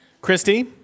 Christy